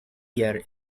year